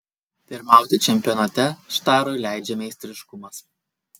pirmauti čempionate štarui leidžia meistriškumas